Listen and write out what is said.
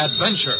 adventure